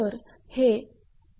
तर हे 𝐿𝑎𝑣𝑔 आहे